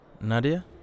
Nadia